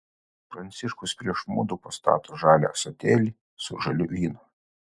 pranciškus prieš mudu pastato žalią ąsotėlį su žaliu vynu